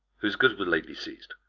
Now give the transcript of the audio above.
whose goods were lately seiz'd?